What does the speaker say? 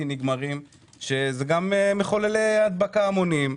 נגמרים שזה גם מחוללי הדבקה המוניים,